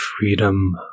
freedom